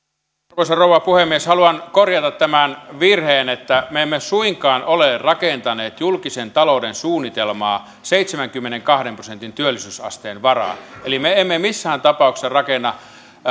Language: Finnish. arvoisa rouva puhemies haluan korjata tämän virheen me emme suinkaan ole rakentaneet julkisen talouden suunnitelmaa seitsemänkymmenenkahden prosentin työllisyysasteen varaan eli me emme missään tapauksessa rakenna